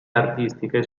artistiche